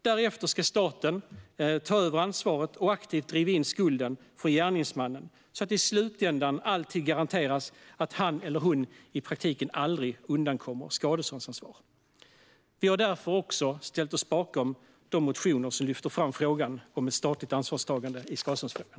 Därefter ska staten ta över ansvaret och aktivt driva in skulden från gärningsmannen så att det i slutändan alltid garanteras att han eller hon i praktiken aldrig undkommer skadeståndsansvar. Vi har därför ställt oss bakom de motioner som lyfter fram frågan om ett statligt ansvarstagande i skadeståndsfrågan.